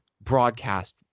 broadcast